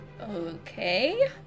Okay